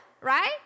right